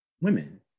women